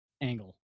angle